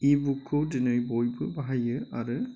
इबुकखौ दिनै बयबो बाहायो आरो